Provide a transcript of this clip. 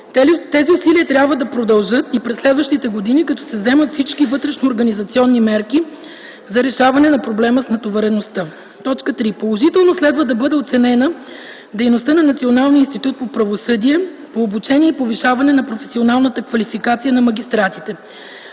Тези усилия трябва да продължат и през следващите години, като се вземат всички вътрешноорганизационни мерки за решаване на проблема с натовареността. 3. Положително следва да бъде оценена дейността на Националния институт по правосъдие по обучение и повишаване на професионалната квалификация на магистратите.